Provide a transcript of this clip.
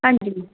ਹਾਂਜੀ